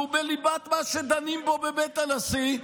שהוא בליבת מה שדנים בו בבית הנשיא,